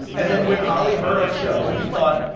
and then when holly heard our show, he thought,